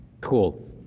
cool